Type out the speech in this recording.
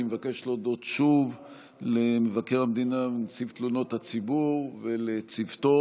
אני מבקש להודות שוב למבקר המדינה ונציב התלונות הציבור ולצוותו.